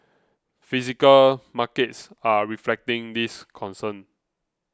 physical markets are reflecting this concern